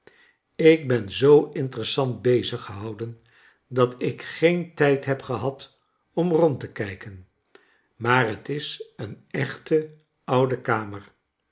ik ben zoo interessant bezig gehouden dat ik geen tijd heb gehad om rond te kijken maar t is een echte oude kamer